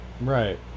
Right